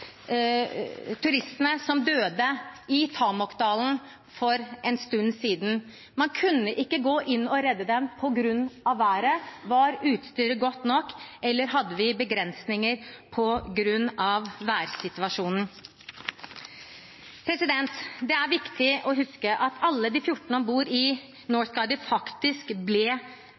turistene som døde i Tamokdalen for en stund siden. Man kunne ikke gå inn og redde dem på grunn av været. Var utstyret godt nok, eller hadde vi begrensninger på grunn av værsituasjonen? Det er viktig å huske at alle de 14 om bord i «Northguider» ble